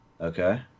Okay